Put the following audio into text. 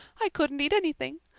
i couldn't eat anything.